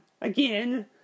Again